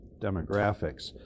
Demographics